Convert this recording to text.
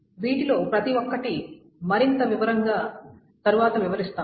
వీటిలో ప్రతి ఒక్కటి మరింత వివరంగా తరువాత వివరిస్తాము